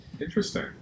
Interesting